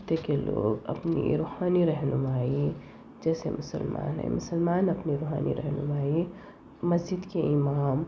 کہتے ہیں کہ لوگ اپنی روحانی رہنمائی جیسے مسلمان ہے مسلمان اپنی روحانی رہنمائی مسجد کے امام